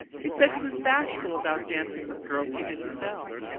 he said he was bashful about dancing with girls he didn't know!